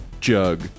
jug